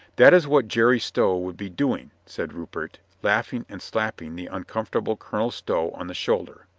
that is what jerry stow would be doing, said rupert, laughing and slapping the uncomfortable colonel stow on the shoulder.